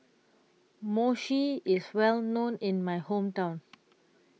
Mochi IS Well known in My Hometown